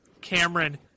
Cameron